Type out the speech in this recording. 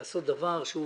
לעשות דבר שהוא